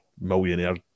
millionaire